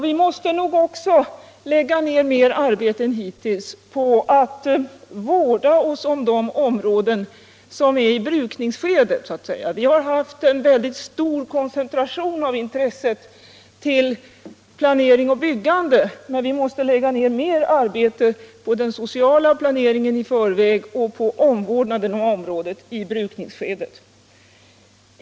Vi måste nog också lägga ned mer arbete än hittills på att vårda oss om de områden som så att säga är i brukningsskedet. Vi har haft en mycket stor koncentration av intresset till planering och byggande, och vi måste nu lägga ned mer arbete på den sociala planeringen i förväg och på omvårdnaden av områden i brukningsskedet.